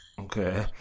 Okay